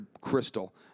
crystal